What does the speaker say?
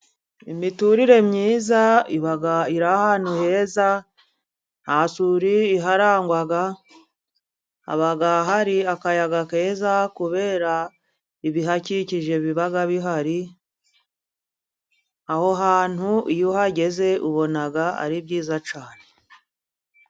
Imiturire myiza iba iri ahantu heza, nta suri iharangwa haba hari akayaga keza, kubera ibihakikije biba bihari, aho hantu iyo uhageze ubona ari byiza cyane.